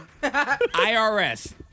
IRS